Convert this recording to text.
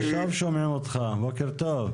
הסכם עם המדינה זו המלצה בלבד והם לא חייבים לממש את